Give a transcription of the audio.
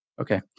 okay